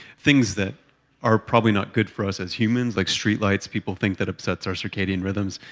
things that are probably not good for us as humans, like streetlights, people think that upsets our circadian rhythms.